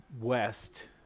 west